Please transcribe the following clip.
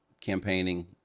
campaigning